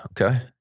Okay